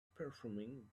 performing